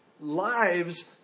lives